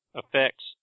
affects